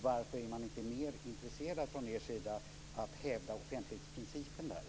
Varför är ni inte mer intresserade av att hävda offentlighetsprincipen?